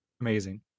amazing